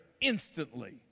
Instantly